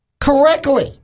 correctly